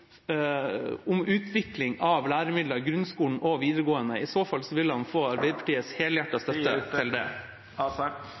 utvikling av læremidler i grunnskolen og videregående? I så fall vil han få Arbeiderpartiets